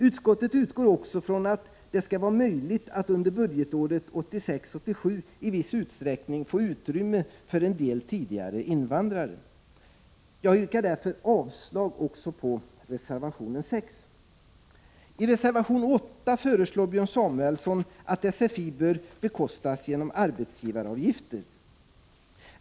Utskottet utgår också från att det skall vara möjligt att under budgetåret 1986/87 i viss utsträckning få utrymme för en del tidigare invandrare. Jag yrkar därför avslag också på reservation 6. I reservation 8 föreslår Björn Samuelson att sfi bör bekostas genom arbetsgivaravgifter.